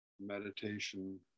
meditation